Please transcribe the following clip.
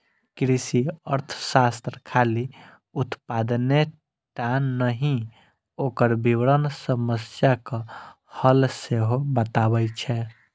कृषि अर्थशास्त्र खाली उत्पादने टा नहि, ओकर वितरण समस्याक हल सेहो बतबै छै